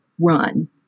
run